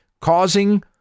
causing